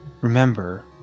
remember